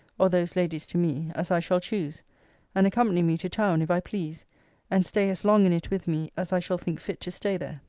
or those ladies to me, as i shall choose and accompany me to town, if i please and stay as long in it with me as i shall think fit to stay there.